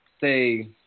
say